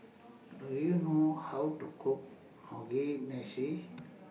Do YOU know How to Cook Mugi Meshi